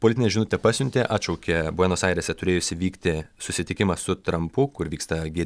politinę žinutę pasiuntė atšaukė buenos airėse turėjusį vykti susitikimą su trampu kur vyksta gie